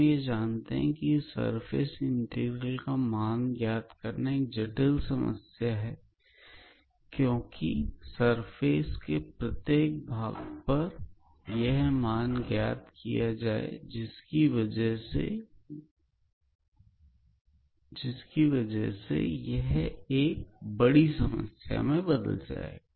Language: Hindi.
हम यह जानते हैं की इस सर्फेस इंटीग्रल का मान ज्ञात करना एक जटिल समस्या क्योंकि सरफेस के प्रत्येक भाग पर यह मान ज्ञात किया जाए जिसकी वजह से यह एक बड़ी समस्या में बदल जाएगा